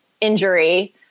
injury